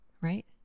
right